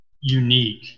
unique